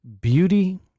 beauty